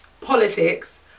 Politics